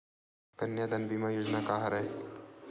कन्यादान बीमा योजना का हरय?